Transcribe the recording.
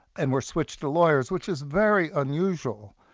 and were switched to lawyers, which is very unusual.